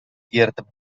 ияртеп